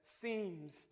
seems